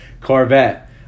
Corvette